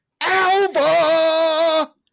ALVA